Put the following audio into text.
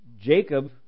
Jacob